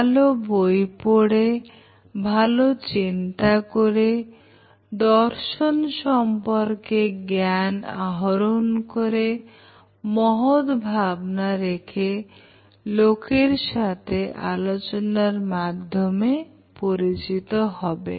ভালো বই পড়ে ভালো চিন্তা করে দর্শন সম্পর্কে জ্ঞান আহরণ করে মহৎ ভাবনা রেখে লোকের সাথে আলোচনার মাধ্যমে পরিচিত হবে